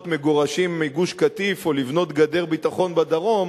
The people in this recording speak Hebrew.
מגורשים מגוש-קטיף או לבנות גדר ביטחון בדרום,